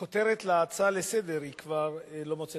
הכותרת של ההצעה לסדר-היום כבר לא מוצאת